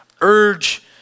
urge